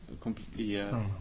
completely